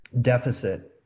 deficit